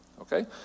okay